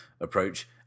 approach